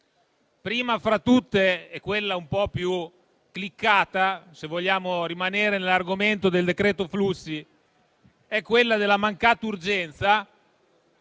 prima fra tutte quella un po' più cliccata, se vogliamo rimanere nell'argomento del decreto flussi, della mancata urgenza.